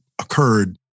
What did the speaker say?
occurred